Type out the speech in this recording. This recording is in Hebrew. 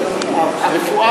הרפואה